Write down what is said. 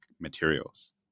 materials